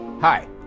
Hi